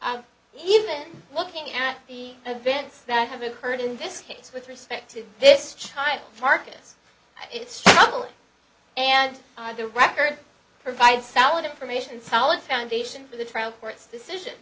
i'm even looking at the events that have occurred in this case with respect to this child farkas it's total and the record provides solid information solid foundation for the trial court's decision